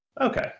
Okay